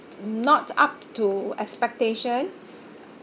not up to expectation